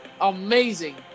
Amazing